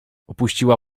opuściła